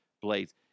blades